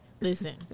Listen